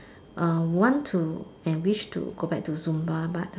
uh want to and wish to go back to Zumba but